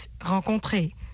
rencontrer »,«